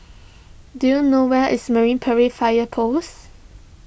do you know where is Marine Parade Fire Post